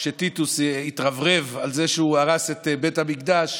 כשטיטוס התרברב שהוא הרס את בית המקדש